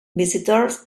visitors